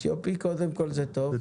אתיופי, זה טוב מאוד.